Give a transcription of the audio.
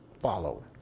follow